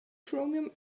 chromium